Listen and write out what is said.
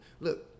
look